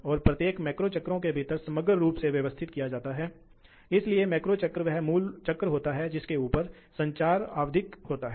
तो प्रशंसक विशेषता के समान आपके पास एक पंप विशेषता हो सकती है जहां फिर से आपके ऊपर दबाव होता है